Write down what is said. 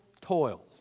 toil